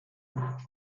joanna